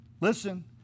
Listen